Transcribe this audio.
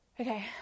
Okay